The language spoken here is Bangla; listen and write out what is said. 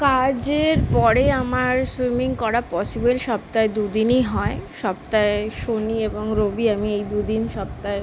কাজের পরে আমার সুইমিং করা পসিবল সপ্তাহে দু দিনই হয় সপ্তাহে শনি এবং রবি আমি এই দু দিন সপ্তাহে